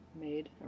made